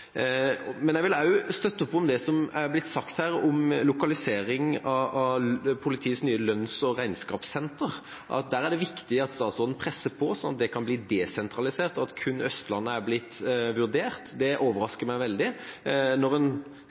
Men jeg vil også støtte opp om det som er blitt sagt om lokalisering av politiets nye lønns- og regnskapssenter, at der er det viktig at statsråden presser på slik at det kan bli desentralisert. Det at kun Østlandet er blitt vurdert, overrasker meg veldig – når